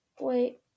wait